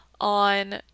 on